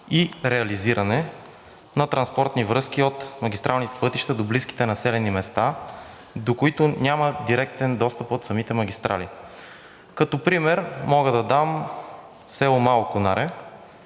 и реализирането на транспортни връзки от магистралните пътища до близките населени места, до които няма директен достъп от самите магистрали? Като пример мога да дам село Мало Конаре,